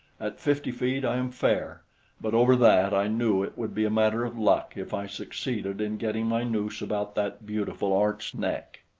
at fifty feet i am fair but over that i knew it would be a matter of luck if i succeeded in getting my noose about that beautiful arched neck.